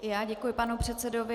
I já děkuji panu předsedovi.